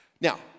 Now